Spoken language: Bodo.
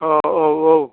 अ औ औ